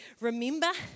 remember